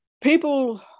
people